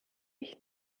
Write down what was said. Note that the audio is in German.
ich